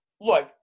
look